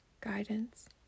guidance